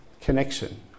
Connection